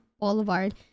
Boulevard